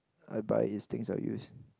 I buys things I use